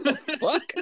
Fuck